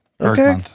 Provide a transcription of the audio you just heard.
Okay